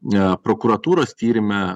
na prokuratūros tyrime